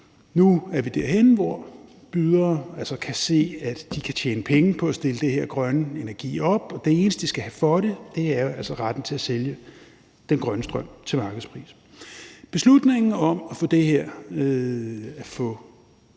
Nu er vi derhenne, hvor bydere kan se, at de kan tjene penge på at stille det her grønne energianlæg op, og det eneste, de skal have for det, er altså retten til at sælge den grønne strøm til markedspris. Den revolution, der skete